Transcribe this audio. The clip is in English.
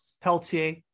Peltier